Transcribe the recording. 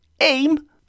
aim